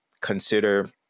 consider